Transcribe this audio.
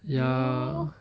ya